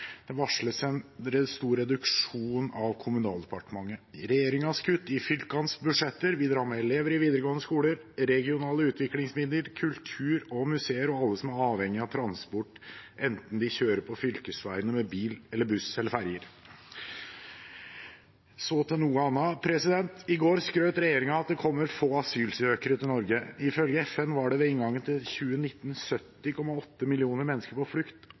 Det varsles en stor reduksjon fra Kommunaldepartementet. Regjeringens kutt i fylkenes budsjetter vil ramme elevene i videregående skoler, regionale utviklingsmidler, kultur og museer og alle som er avhengig av transport, enten de kjører på fylkevegene med bil eller buss, eller med ferjer. Så til noe annet: I går skrøt regjeringen av at det kommer få asylsøkere til Norge. Ifølge FN var det ved inngangen til 2019 70,8 millioner mennesker på flukt.